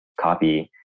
copy